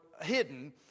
hidden